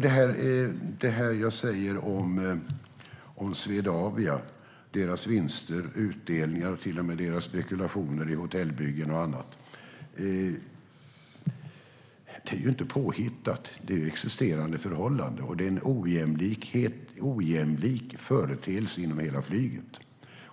Det som jag säger om Swedavia och deras vinster, utdelningar och till och med deras spekulationer i hotellbyggen och annat är inte påhittat. Det är existerande förhållanden. Det är en ojämlik företeelse inom hela flyget.